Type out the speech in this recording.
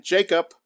Jacob